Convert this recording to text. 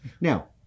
Now